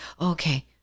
okay